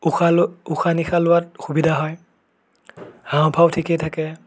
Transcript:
উশাহ ল' উশাহ নিশাহ লোৱাত সুবিধা হয় হাওঁফাওঁ ঠিকে থাকে